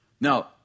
Now